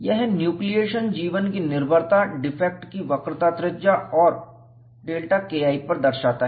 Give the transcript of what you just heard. यह न्यूक्लिेशन जीवन की निर्भरता डिफेक्ट की वक्रता त्रिज्या और Δ K I पर दर्शाता है